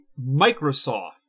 Microsoft